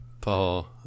Paul